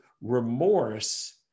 remorse